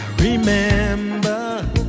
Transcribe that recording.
Remember